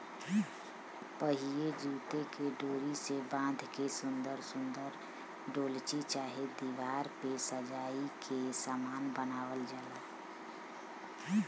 पहिले जूटे के डोरी से बाँध के सुन्दर सुन्दर डोलची चाहे दिवार पे सजाए के सामान बनावल जाला